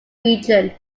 region